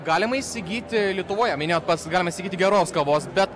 galima įsigyti lietuvoje minėjot pats galima sakyti geros kavos bet